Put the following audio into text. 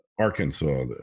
Arkansas